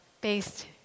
based